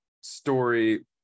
story